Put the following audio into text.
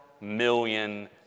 million